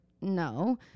no